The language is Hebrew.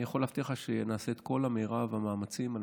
אני יכול להבטיח לך שנעשה את מרב המאמצים על